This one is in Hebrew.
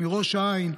מראש העין,